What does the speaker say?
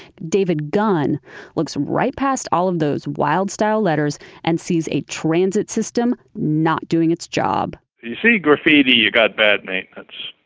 david gunn looks right past all of those wild style letters, and sees a transit system not doing its job. when you see graffiti, you got bad maintenance.